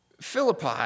Philippi